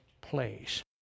place